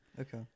Okay